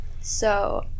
So-